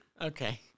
Okay